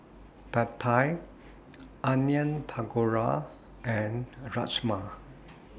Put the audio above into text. Pad Thai Onion Pakora and Rajma